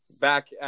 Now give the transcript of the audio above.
Back